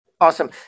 Awesome